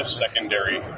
secondary